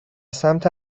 سمت